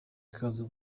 ikaza